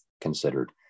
Considered